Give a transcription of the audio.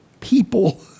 people